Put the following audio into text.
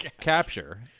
capture